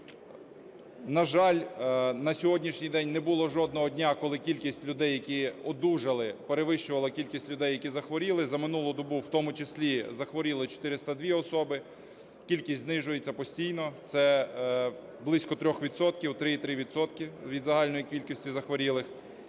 На жаль, на сьогоднішній день, не було жодного дня, коли кількість людей, які одужали, перевищувала кількість людей, які захворіли. За минулу добу в тому числі захворіли 402 особи, кількість знижується постійно – це близько 3 відсотків, 3,3 відсотки від загальної кількості захворілих.